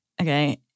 Okay